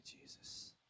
Jesus